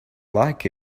like